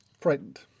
Frightened